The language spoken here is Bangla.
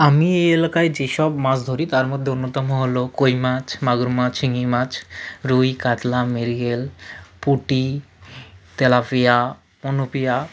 আমি এই এলাকায় যেসব মাছ ধরি তার মধ্যে অন্যতম হলো কই মাছ মাগুর মাছ শিঙি মাছ রুই কাতলা মৃগেল পুঁটি তেলাপিয়া অনুপিয়া